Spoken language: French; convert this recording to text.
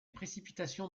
précipitations